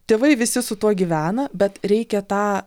tėvai visi su tuo gyvena bet reikia tą